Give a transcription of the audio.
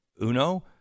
Uno